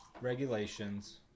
regulations